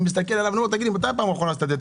הסתכלתי אליו: מתי בפעם האחרונה עשית דיאטה?